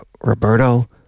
Roberto